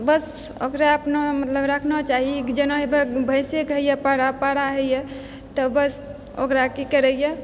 बस ओकरा अपना मतलब राखना चाही जेना भैंसेके होइए पारा पारा होइए तऽ बस ओकरा कि करैए